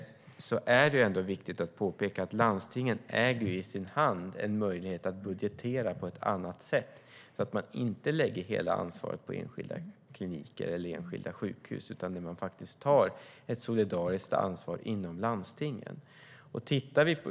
Här är det viktigt att framhålla att landstingen har möjligheten att budgetera på ett annat sätt så att man inte lägger hela ansvaret på enskilda kliniker eller enskilda sjukhus utan faktiskt tar ett solidariskt ansvar inom landstingen.